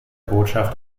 botschaft